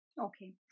Okay